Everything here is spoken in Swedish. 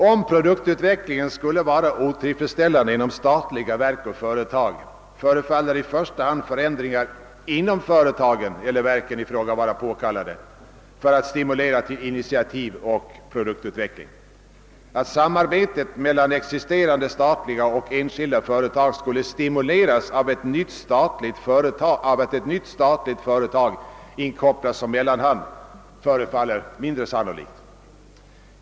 Om produktutvecklingen skulle vara otillfredsställande inom statliga verk och företag, förefaller i första hand förändringar inom företagen eller verken i fråga vara påkallade för att stimulera till initiativ och produktutveckling. Att samarbetet mellan existerande statliga och enskilda företag skulle stimuleras av att ett nytt statligt företag inkopplas som mellanhand förefaller mindre sannolikt.